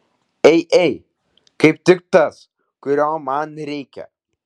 ei ei kaip tik tas kurio man reikia